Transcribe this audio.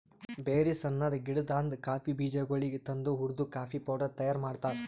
berries ಅನದ್ ಗಿಡದಾಂದ್ coffee ಬೀಜಗೊಳಿಗ್ ತಂದು ಹುರ್ದು ಕಾಫಿ ಪೌಡರ್ ತೈಯಾರ್ ಮಾಡ್ತಾರ್